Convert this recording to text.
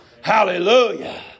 Hallelujah